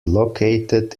located